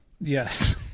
yes